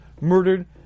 murdered